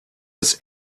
aus